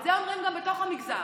את זה אומרים גם בתוך המגזר.